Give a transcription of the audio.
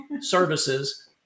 services